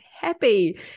happy